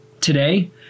Today